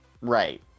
Right